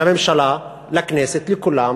לממשלה, לכנסת, לכולם